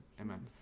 Amen